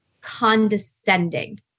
condescending